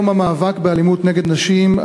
יום המאבק באלימות נגד נשים,